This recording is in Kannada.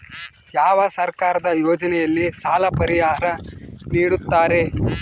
ಯಾವ ಸರ್ಕಾರದ ಯೋಜನೆಯಲ್ಲಿ ಸಾಲ ಪರಿಹಾರ ನೇಡುತ್ತಾರೆ?